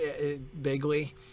vaguely